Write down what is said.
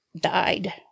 died